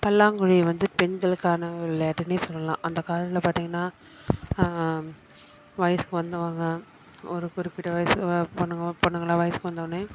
பல்லாங்குழி வந்து பெண்களுக்கான விளையாட்டுன்னே சொல்லலாம் அந்த காலத்தில் பார்த்தீங்கன்னா வயசுக்கு வந்தவங்க ஒரு குறிப்பிட்ட வயசு பொண்ணுங்க பொண்ணுங்கெலாம் வயசுக்கு வந்த வோடன்னே